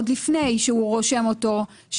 עוד לפני שהוא רושם אותו,